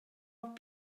бирок